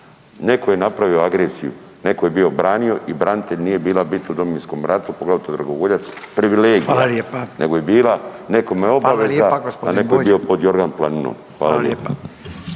Netko je napravio agresiju, netko je bio branio i branitelj nije bila bit u Domovinskom ratu, pogotovo dragovoljac, privilegija, nego je bila nekome obaveza, a netko je bio pod jorgan planinom. Hvala lijepa.